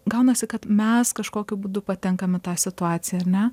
gaunasi kad mes kažkokiu būdu patenkam į tą situaciją ane